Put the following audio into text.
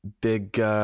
big